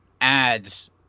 ads